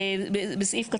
להוסיף,